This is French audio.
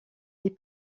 est